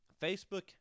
Facebook